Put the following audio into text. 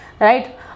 right